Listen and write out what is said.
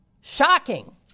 shocking